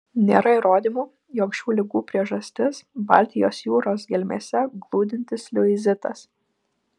nėra įrodymų jog šių ligų priežastis baltijos jūros gelmėse glūdintis liuizitas